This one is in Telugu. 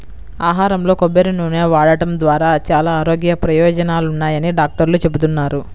ఆహారంలో కొబ్బరి నూనె వాడటం ద్వారా చాలా ఆరోగ్య ప్రయోజనాలున్నాయని డాక్టర్లు చెబుతున్నారు